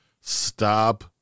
Stop